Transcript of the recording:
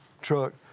truck